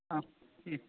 ஆ ம்